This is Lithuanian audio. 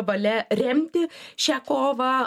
valia remti šią kovą gintis ir ir